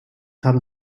haben